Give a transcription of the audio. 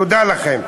תודה לכם.